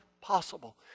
possible